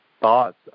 thoughts